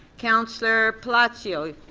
councillor palacio.